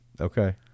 Okay